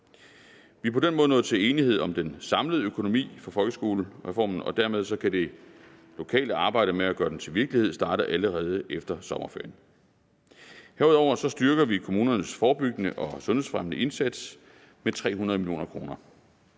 Vi er på den måde nået til enighed om den samlede økonomi for folkeskolereformen, og dermed kan det lokale arbejde med at gøre den til virkelighed starte allerede efter sommerferien. Herudover styrker vi kommunernes forebyggende og sundhedsfremmende indsats med 300 mio. kr.